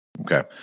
Okay